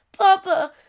papa